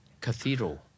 Cathedral